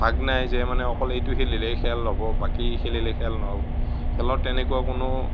ভাগ নাই যে মানে অকল এইটো খেলিলেই খেল হ'ব বাকী খেলিলে খেল নহ'ব খেলৰ তেনেকুৱা কোনো